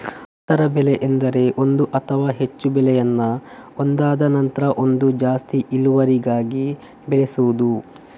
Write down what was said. ಅಂತರ ಬೆಳೆ ಎಂದರೆ ಎರಡು ಅಥವಾ ಹೆಚ್ಚು ಬೆಳೆಯನ್ನ ಒಂದಾದ ನಂತ್ರ ಒಂದು ಜಾಸ್ತಿ ಇಳುವರಿಗಾಗಿ ಬೆಳೆಸುದು